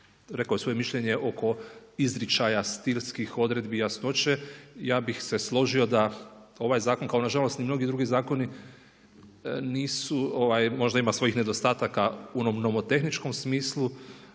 rekao je svoje mišljenje oko izričaja, stilskih odredbi, jasnoće. Ja bih se složio da ovaj zakon kao na žalost ni mnogi drugi zakoni nisu, možda ima svojih nedostataka u onom nomotehničkom smislu